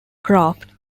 craft